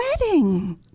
wedding